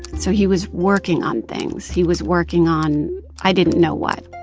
so he was working on things. he was working on i didn't know what,